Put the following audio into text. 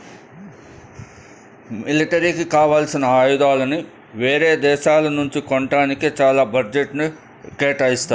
మిలిటరీకి కావాల్సిన ఆయుధాలని యేరే దేశాల నుంచి కొంటానికే చానా బడ్జెట్ను కేటాయిత్తారు